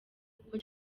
kuko